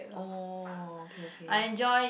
oh okay okay